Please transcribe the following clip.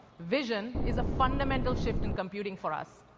vision is a fundamental shift in computing for us.